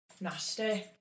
Nasty